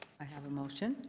i have a motion.